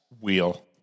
Wheel